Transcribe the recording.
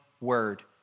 word